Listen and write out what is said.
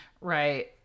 Right